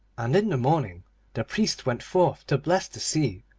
and in the morning the priest went forth to bless the sea,